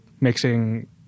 mixing